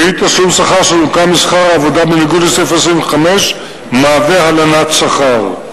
ואי-תשלום שכר שנוכה משכר העבודה בניגוד לסעיף 25 מהווה הלנת שכר.